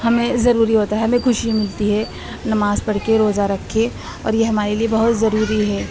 ہمیں ضروری ہوتا ہے ہمیں خوشی ملتی ہے نماز پڑھ کے روزہ رکھ کے اور یہ ہمارے لیے بہت ضروری ہے